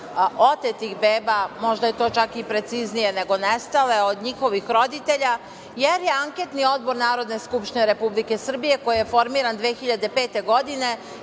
otetih beba, možda je to čak i preciznije nego nestale, od njihovih roditelja, jer je Anketni odbor Narodne skupštine Republike Srbije, koji je formiran 2005. godine